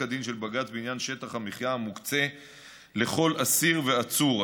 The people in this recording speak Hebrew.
הדין של בג"ץ בעניין שטח המחיה המוקצה לכל אסיר ועצור.